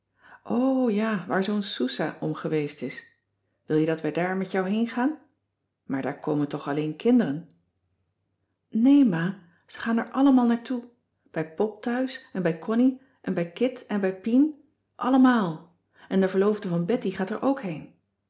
ja waar zoo'n soesah om geweest is wil je dat wij daar met jou heengaan maar daar komen toch alleen kinderen nee ma ze gaan er allemaal naar toe bij pop thuis en bij connie en bij kit en bij pien allemaal en de verloofde van betty gaat er ook heen